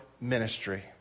ministry